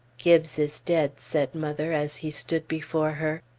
gibbes is dead, said mother as he stood before her.